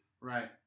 Right